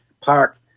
Park